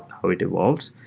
how it evolves.